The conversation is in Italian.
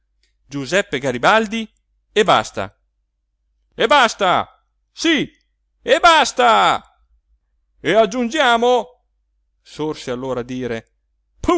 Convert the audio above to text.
giuseppe garibaldi e basta e basta sí e basta e aggiungiamo sorse allora a dire